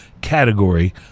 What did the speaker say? category